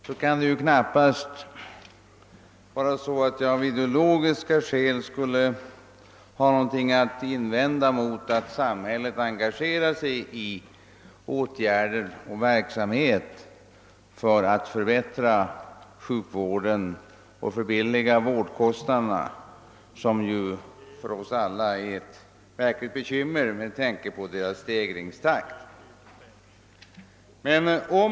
Det kan därför knappast vara så att jag av ideologiska skäl skulle ha något att invända mot att samhället engagerar sig i verksamhet för att förbättra sjukvården och förbilliga vårdkostnaderna. Dessa är ju ett verkligt bekymmer för oss alla med tanke på deras stegringstakt.